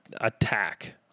attack